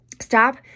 stop